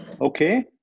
Okay